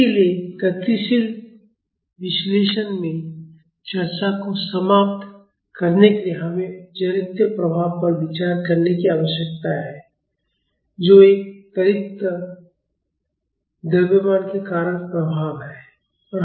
इसलिए गतिशील विश्लेषण में चर्चा को समाप्त करने के लिए हमें जड़त्वीय प्रभाव पर विचार करने की आवश्यकता है जो एक त्वरित द्रव्यमान के कारण प्रभाव है